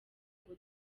ngo